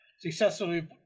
successfully